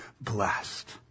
blessed